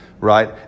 right